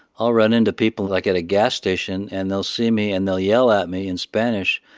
i'll run into people like at a gas station, and they'll see me and they'll yell at me in spanish,